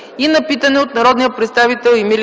и на питане от народния представител Емилия